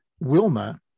Wilma